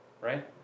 right